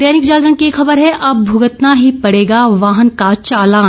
दैनिक जागरण की एक खबर है अब भुगतना ही पड़ेगा वाहन का चालान